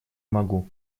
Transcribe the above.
могу